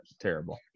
terrible